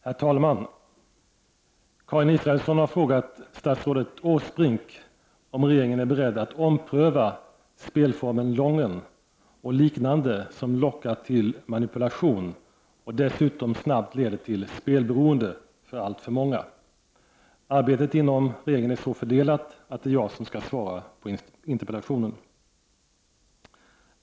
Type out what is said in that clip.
Herr talman! Karin Israelsson har frågat statsrådet Åsbrink om regeringen är beredd att ompröva spelformen Lången och liknande spel som lockar till manipulation och dessutom snabbt leder till spelberoende för alltför många. Arbetet inom regeringen är så fördelat att det är jag som skall svara på interpellationen.